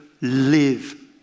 live